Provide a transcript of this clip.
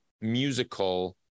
musical